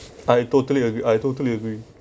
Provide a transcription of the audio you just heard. I totally agree I totally agree